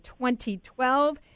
2012